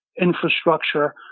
infrastructure